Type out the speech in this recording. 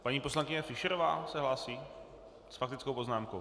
Paní poslankyně Fischerová se hlásí s faktickou poznámkou.